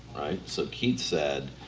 so keet said,